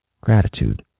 Gratitude